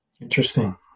Interesting